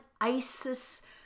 ISIS